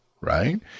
right